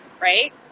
right